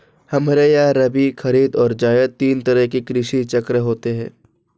हमारे यहां रबी, खरीद और जायद तीन तरह के कृषि चक्र होते हैं